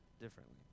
differently